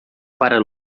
para